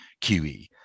QE